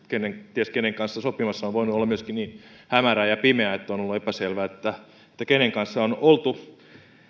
ties kenen kanssa sopimassa ja on voinut olla niin hämärää ja pimeää että on ollut epäselvää kenen kanssa on oltu